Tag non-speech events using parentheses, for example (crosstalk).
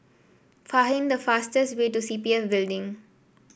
(unintelligible) the fastest way to C P F Building